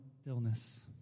stillness